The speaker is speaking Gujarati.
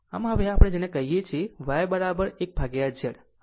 આમ હવે આપણે જાણીએ છીએ કે Y 1 Z તે મારો IY i 3 છે